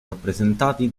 rappresentati